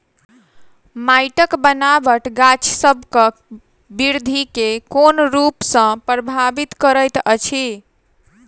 माइटक बनाबट गाछसबक बिरधि केँ कोन रूप सँ परभाबित करइत अछि?